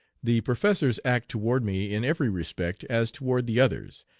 the professors act toward me in every respect as toward the others,